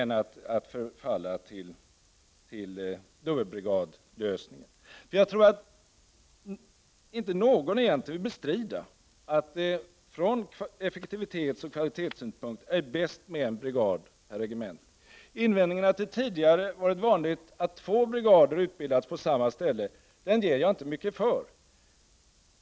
Jag tror inte att någon egentligen vill bestrida att det — från effektivitetsoch kvalitetssynpunkt — är bäst med en brigad per regemente. Invändningen att det tidigare varit vanligt att två brigader utbildats på samma ställe ger jag inte mycket för.